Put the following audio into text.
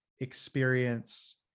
experience